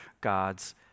God's